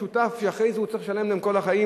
שותף שאחרי זה הוא צריך לשלם לו כל החיים?